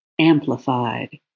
Amplified